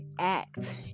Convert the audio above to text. act